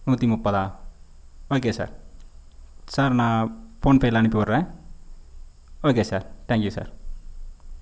நூற்றி முப்பதா okay sir sir நான் ஃபோன் பேயில அனுப்பிவிட்றேன் ஓகே சார் தேங்க்யூ சார்